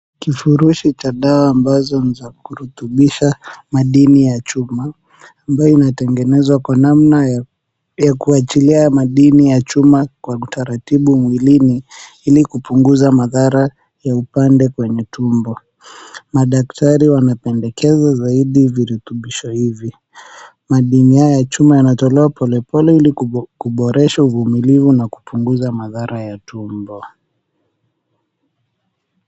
Kifurishi cha dawa ambazo ni za kuruthubisha madini ya chuma ambayo inatengenezwa kwa namna ya kuwachilia madini ya chuma kwa utaratibu mwilini Ili kupunguza madhara ya upande kwenye tumbo. Madaktari wamependekeza zaidi virutubisho hivi. Madini haya ya chuma yanatolewa polepole Ili kuboresha uvumilivu na kupunguza madhara ya tumbo.